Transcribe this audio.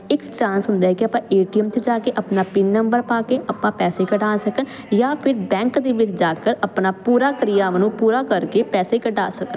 ਇੱਕ ਚਾਂਸ ਹੁੰਦਾ ਕਿ ਆਪਾਂ ਏ ਟੀ ਐਮ 'ਚ ਜਾ ਕੇ ਆਪਣਾ ਪਿੰਨ ਨੰਬਰ ਪਾ ਕੇ ਆਪਾਂ ਪੈਸੇ ਕਢਾ ਸਕਣ ਜਾਂ ਫਿਰ ਬੈਂਕ ਦੇ ਵਿੱਚ ਜਾਕਰ ਆਪਣਾ ਪੂਰਾ ਕ੍ਰਿਰਿਆਵਾਂ ਨੂੰ ਪੂਰਾ ਕਰਕੇ ਪੈਸੇ ਕਢਾ ਸਕਣ